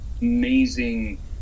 amazing